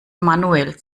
manuell